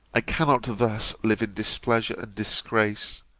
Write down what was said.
i cannot thus live in displeasure disgrace.